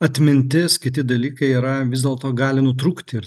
atmintis kiti dalykai yra vis dėlto gali nutrūkti ir